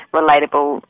relatable